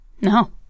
No